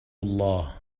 الله